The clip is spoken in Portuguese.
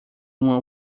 uma